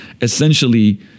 essentially